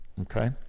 okay